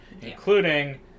including